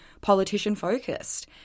politician-focused